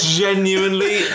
genuinely